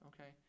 okay